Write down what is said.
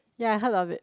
ya I heard of it